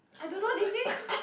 I don't know they say